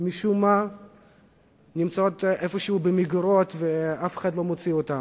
שמשום מה נמצאות איפשהו במגירות ואף אחד לא מוציא אותן.